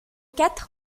quatre